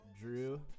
Drew